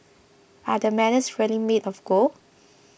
are the medals really made of gold